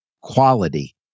quality